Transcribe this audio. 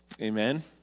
Amen